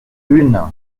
une